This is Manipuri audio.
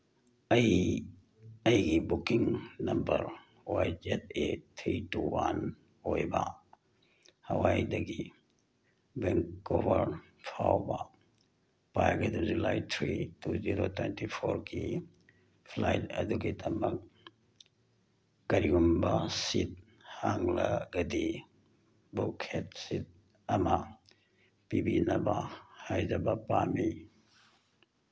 ꯑꯩ ꯑꯩꯒꯤ booking number Y Z A three two one ꯑꯣꯏꯕ ꯍꯋꯥꯏꯗꯒꯤ ꯕꯦꯡꯀꯣꯕꯔ ꯐꯥꯎꯕ ꯄꯥꯏꯒꯗꯧꯔꯤ July three two zero twenty ꯐꯣꯔꯒꯤ ꯐ꯭ꯂꯥꯏꯠ ꯑꯗꯨꯒꯤꯗꯃꯛ ꯀꯔꯤꯒꯨꯝꯕ ꯁꯤꯠ ꯍꯥꯡꯂꯒꯗꯤ ꯕꯨꯛ ꯍꯦꯠ ꯁꯤꯠ ꯑꯃ ꯄꯤꯕꯤꯅꯕ ꯍꯥꯏꯖꯕ ꯄꯥꯝꯃꯤ